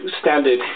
standard